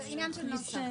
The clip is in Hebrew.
זה עניין של נוסח.